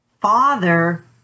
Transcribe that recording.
father